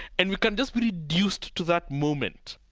and we can just be reduced to that moment